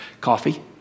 Coffee